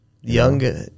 Young